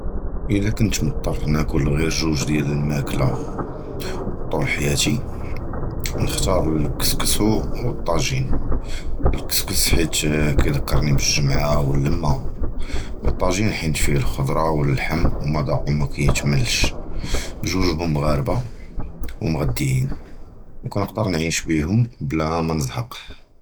אִלַא קִנְת מַזְטַר נָאקְל גִיר גּוּג' דִיַּל הַמַאקְלָה טוֹל חַיָּאתִי, נַחְתַאר הַקְּסּוּס וְהַטַאג'ין, הַקְּסּוּס בְחִית קִיְזְכֵּרנִי בַאלְג'מְעַה וְהַלִמָּה וְהַטַאג'ין בְחִית פִيه הַחְדְרָה וְהַלְחַם וּמַדַאקוּ מַאקִימְלֵש, בְזְווּג הוּמַא מַגְרַבֵּה וּמְגַדִּיִין וְקִנְקַדַר נַעֵיש בִיהּוּם בְלָא מִנְזַהַק.